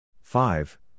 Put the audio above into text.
Five